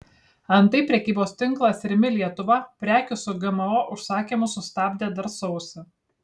antai prekybos tinklas rimi lietuva prekių su gmo užsakymus sustabdė dar sausį